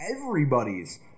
everybody's